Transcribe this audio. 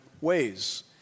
ways